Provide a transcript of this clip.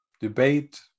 debate